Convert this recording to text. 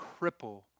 cripple